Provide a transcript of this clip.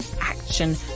Action